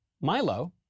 Milo